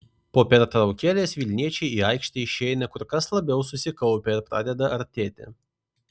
po pertraukėlės vilniečiai į aikštę išeina kur kas labiau susikaupę ir pradeda artėti